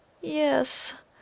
Yes